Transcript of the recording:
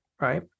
right